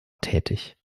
tätig